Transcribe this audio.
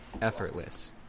effortless